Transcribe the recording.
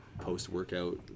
post-workout